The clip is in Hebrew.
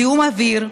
זיהום אוויר,